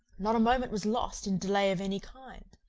not a moment was lost in delay of any kind.